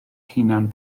hunan